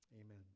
Amen